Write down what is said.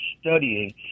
studying